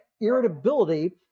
irritability